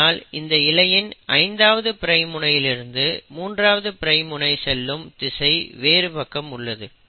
ஆனால் இந்த இழையின் 5ஆவது பிரைம் முனையிலிருந்து 3ஆவது பிரைம் முனை செல்லும் திசை வேறு பக்கம் உள்ளது